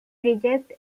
reject